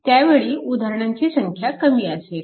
त्यावेळी उदाहरणांची संख्या कमी असेल